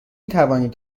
توانید